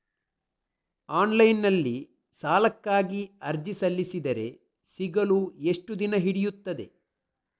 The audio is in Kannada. ಆನ್ಲೈನ್ ನಲ್ಲಿ ಸಾಲಕ್ಕಾಗಿ ಅರ್ಜಿ ಸಲ್ಲಿಸಿದರೆ ಸಿಗಲು ಎಷ್ಟು ದಿನ ಹಿಡಿಯುತ್ತದೆ?